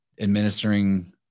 administering